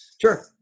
Sure